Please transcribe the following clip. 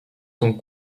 sont